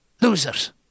Losers